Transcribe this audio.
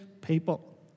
people